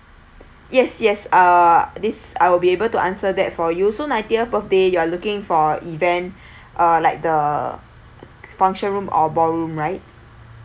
yes yes uh this I'll be able to answer that for you so ninetieth birthday you're looking for event uh like the function room or ballroom right